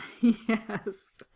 Yes